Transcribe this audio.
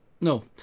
no